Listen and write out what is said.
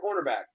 cornerback